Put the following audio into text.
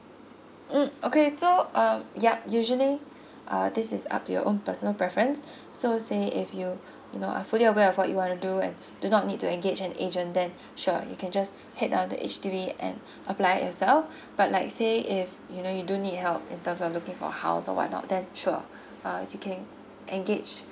mm okay so um yup usually uh this is up to your own personal preference so say if you you know are fully aware of what you wanna do and do not need to engage an agent then sure you can just head down the H_D_B and apply as well but like I say if you know you do need help in terms of looking for house or what not then sure uh you can engage